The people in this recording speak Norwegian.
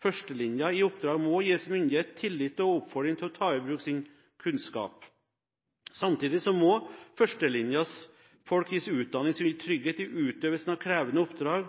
Førstelinjen i oppdrag må gis myndighet, tillit og oppfordring til å ta i bruk sin kunnskap. Samtidig må førstelinjens folk gis utdanning som gir trygghet i utøvelsen av krevende oppdrag,